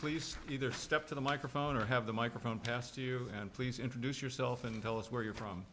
please either step to the microphone or have the microphone pass to you and please introduce yourself and tell us where you're from